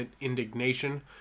Indignation